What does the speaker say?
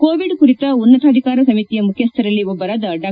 Covid ಕುರಿತ ಉನ್ನತಾಧಿಕಾರ ಸಮಿತಿಯ ಮುಖ್ಯಸ್ದರಲ್ಲಿ ಒಬ್ಬರಾದ ಡಾ